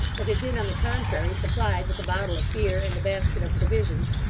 but had been, on the contrary, supplied with a bottle of beer and a basket of provisions,